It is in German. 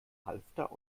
halfter